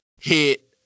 hit